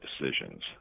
decisions